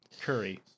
Curry